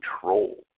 control